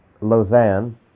Lausanne